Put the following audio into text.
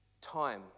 time